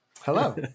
Hello